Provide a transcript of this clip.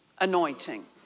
anointing